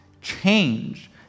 change